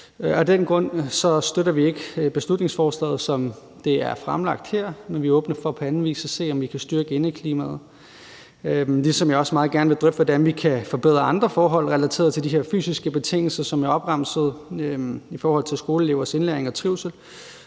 Af den grund støtter vi ikke beslutningsforslaget, som det er fremlagt her, men vi er åbne for at se, om vi på anden vis kan styrke indeklimaet, ligesom jeg også meget gerne vil drøfte, hvordan vi kan forbedre andre forhold relateret til de fysiske betingelser, som jeg opremsede, i forhold til skoleelevers indlæring og trivsel.